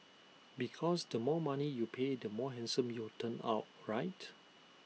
because the more money you pay the more handsome you will turn out right